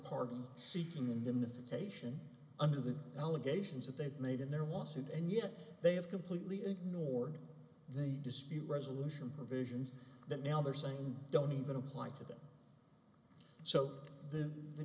party seeking in the thick asian under the allegations that they've made in their lawsuit and yet they have completely ignored they dispute resolution provisions that now they're saying don't even apply to them so then the